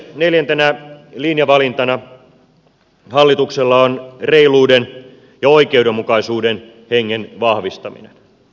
neljäntenä linjavalintana hallituksella on reiluuden ja oikeudenmukaisuuden hengen vahvistaminen